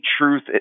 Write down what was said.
truth